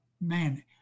man